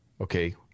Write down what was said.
okay